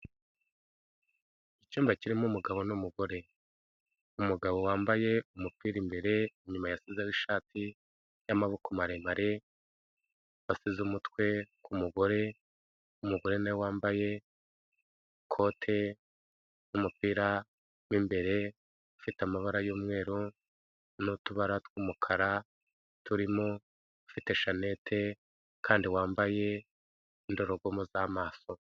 Icyumba kirimo umugabo n'umugore. Umugabo wambaye umupira imbere inyuma ya ishati y'amaboko maremare, wasize umutwe ku ku mugore, umugore na we wambaye ikote n'umupira mo imbere, ufite amabara y'umweru n'utubara tw'umukara turimo, ufite shanete kandi wambaye indorerwamo z'amaso.